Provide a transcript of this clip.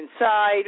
inside